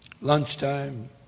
Lunchtime